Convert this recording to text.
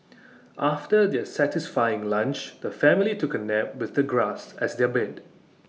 after their satisfying lunch the family took A nap with the grass as their bed